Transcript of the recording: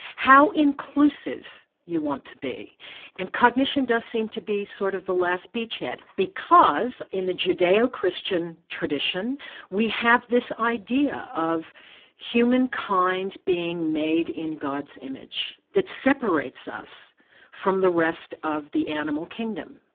how inclusive you want to be and cognition does seem to be sort of the last beachhead, because in the judaeo christian tradition we have this idea of humankind being made in god's image that separates us from the rest of the animal kingdom.